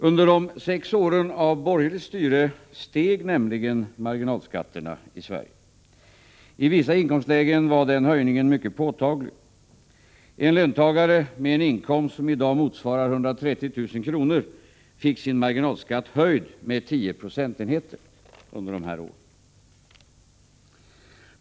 Under de sex åren av borgerligt styre steg nämligen marginalskatterna i Sverige. I vissa inkomtlägen var höjningen mycket påtaglig. En löntagare med inkomster som i dag motsvarar 130 000 kr. fick sin marginalskatt höjd med tio procentenheter under dessa år.